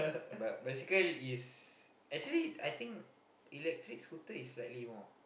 but bicycle is actually I think electric scooter is slightly more